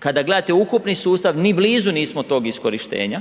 kada gledate ukupni sustav ni blizu nismo tog iskorištenja,